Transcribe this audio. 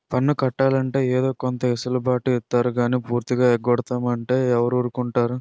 పన్ను కట్టాలంటే ఏదో కొంత ఎసులు బాటు ఇత్తారు గానీ పూర్తిగా ఎగ్గొడతాం అంటే ఎవడూరుకుంటాడు